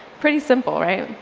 pretty simple, right?